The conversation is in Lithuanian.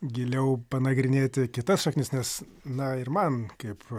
giliau panagrinėti kitas šaknis nes na ir man kaip